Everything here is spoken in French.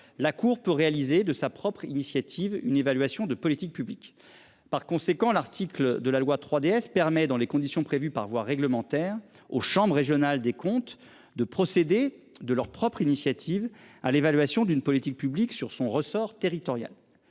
la Cour pour réaliser de sa propre initiative, une évaluation de politique publique. Par conséquent l'article de la loi 3DS permet dans les conditions prévues par voie réglementaire aux Chambres régionales des comptes de procéder de leur propre initiative à l'évaluation d'une politique publique sur son ressort territorial.